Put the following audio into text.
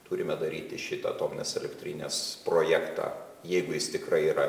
turime daryti šitą atominės elektrinės projektą jeigu jis tikrai yra